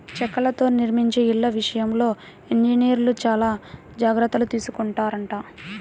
చెక్కలతో నిర్మించే ఇళ్ళ విషయంలో ఇంజనీర్లు చానా జాగర్తలు తీసుకొంటారంట